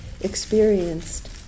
experienced